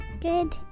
Good